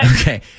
Okay